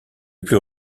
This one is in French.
plus